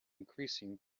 increasing